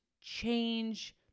change